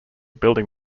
building